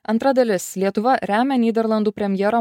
antra dalis lietuva remia nyderlandų premjero